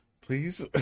Please